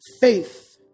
faith